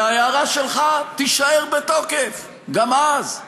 וההערה שלך תישאר בתוקף גם אז.